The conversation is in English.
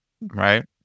Right